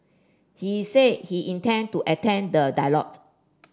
he said he intend to attend the dialogue